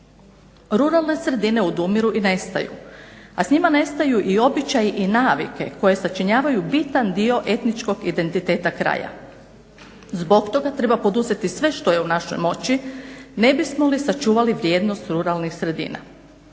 Ruralne sredine odumiru i nestaju, a s njima nestaju i običaji i navike koje sačinjavaju bitan dio etničkog identiteta kraja. Zbog toga treba poduzeti sve što je u našoj moći ne bismo li sačuvali vrijednost ruralnih sredina.